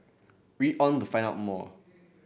read on to find out more